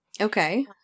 Okay